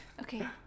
Okay